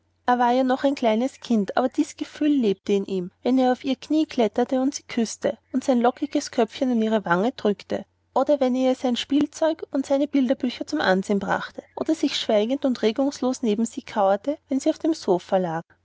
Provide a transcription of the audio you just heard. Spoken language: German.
er war ja noch ein kleines kind aber dies gefühl lebte in ihm wenn er auf ihre kniee kletterte und sie küßte und sein lockiges köpfchen an ihre wange drückte oder wenn er ihr sein spielzeug und seine bilderbücher zum ansehen brachte oder sich schweigend und regungslos neben sie kauerte wenn sie auf dem sofa lag